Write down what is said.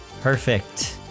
perfect